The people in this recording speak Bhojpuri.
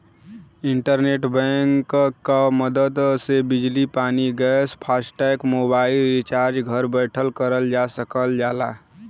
इंटरनेट बैंक क मदद से बिजली पानी गैस फास्टैग मोबाइल रिचार्ज घर बैठे करल जा सकल जाला